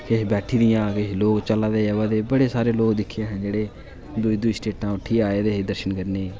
किश बैठी दियां लोक चला दे आवा दा बड़े सारे लोक दिक्खे असें जेह्ड़े दूई दूई स्टेटां उठी आए दे हे दर्शन करने गी